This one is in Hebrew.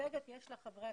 מאחדים את המשפחות,